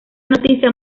noticia